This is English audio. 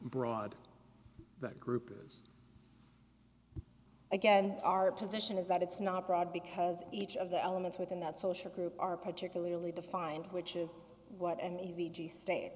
broad that group again our position is that it's not broad because each of the elements within that social group are particularly defined which is what and e g sta